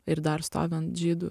ir dar stovi ant žydų